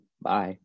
Bye